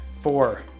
Four